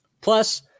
plus